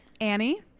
annie